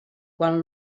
quan